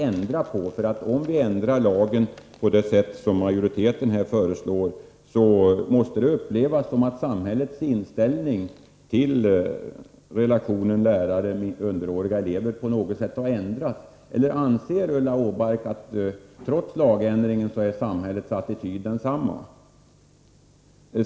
Ändrar vi lagen på det sätt som majoriteten föreslår, måste det upplevas som att samhällets inställning till relationen mellan lärare och underåriga elever på något sätt har ändrats. Eller anser Ulla-Britt Åbark att samhällets attityd trots lagändringen är densamma?